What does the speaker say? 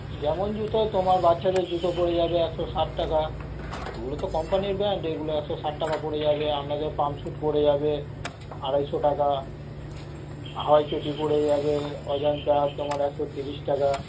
যেমন জুতো তোমার বাচ্চাদের জুতো পড়ে যাবে একশো ষাট টাকা এগুলো তো কম্পানির ব্র্যান্ড এগুলো একশো ষাট টাকা পড়ে যাবে আপনাদের পাম্প শ্যু পড়ে যাবে আড়াইশো টাকা হাওয়াই চটি পড়ে যাবে অজন্তা তোমার তোমার একশো তিরিশ টাকা